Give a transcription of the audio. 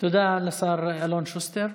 תודה לשר אלון שוסטר.